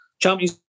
Champions